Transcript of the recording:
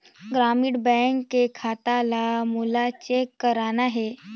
ग्रामीण बैंक के खाता ला मोला चेक करना हे?